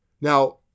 Now